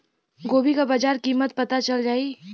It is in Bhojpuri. गोभी का बाजार कीमत पता चल जाई?